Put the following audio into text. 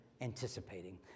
anticipating